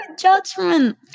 judgment